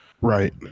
Right